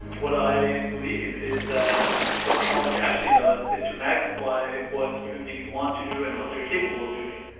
what i believe is that what technology actually does is to magnify what human beings want to do and what they're capable of doing.